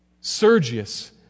Sergius